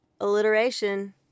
Alliteration